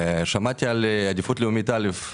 שמעתי על עדיפות לאומית א'.